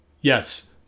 Yes